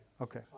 Okay